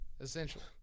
essentially